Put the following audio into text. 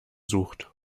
sucht